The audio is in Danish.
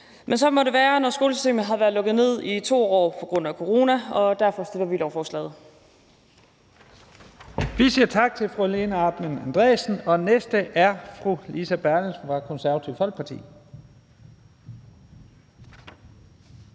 men sådan må det være, når skolesystemet har været lukket ned i 2 år på grund af corona. Og derfor støtter vi lovforslaget.